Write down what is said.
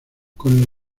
con